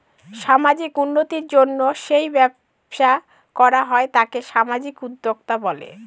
সামাজিক উন্নতির জন্য যেই ব্যবসা করা হয় তাকে সামাজিক উদ্যোক্তা বলে